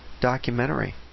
documentary